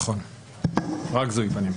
נכון, רק זיהוי פנים.